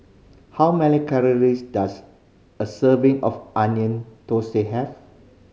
how many calories does a serving of Onion Thosai have